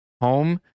home